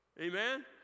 Amen